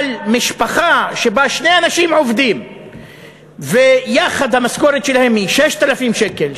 אבל למשפחה שבה שני אנשים עובדים ויחד המשכורת שלהם היא 6,000 שקל,